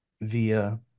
via